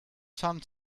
sun